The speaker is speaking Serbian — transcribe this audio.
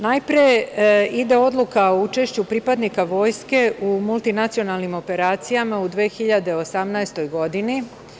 Najpre ide Odluka o učešću pripadnika Vojske u multinacionalnim operacijama u 2018. godini.